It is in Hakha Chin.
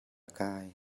kai